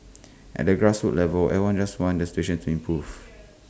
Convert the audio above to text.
at the grassroots levels everyone just wants the situation to improve